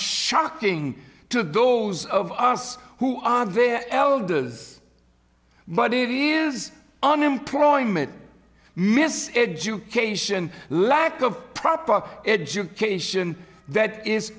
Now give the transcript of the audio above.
shocking to those of us who are their elders but it is unemployment mis education lack of proper education that is